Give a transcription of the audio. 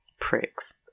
pricks